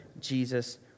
Jesus